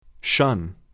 Shun